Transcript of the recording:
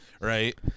Right